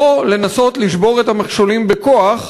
או לנסות לשבור את המכשולים בכוח,